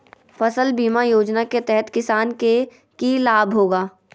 फसल बीमा योजना के तहत किसान के की लाभ होगा?